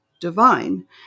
divine